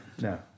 No